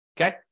okay